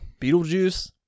Beetlejuice